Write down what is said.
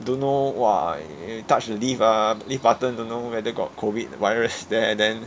don't know !wah! you touch the lift ah lift button don't know whether got COVID virus there then